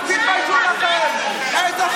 אתה צריך להתבייש, עמית.